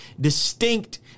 distinct